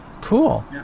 Cool